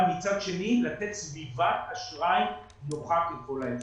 אבל מצד שני לתת סביבת אשראי נוחה ככל האפשר.